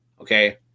okay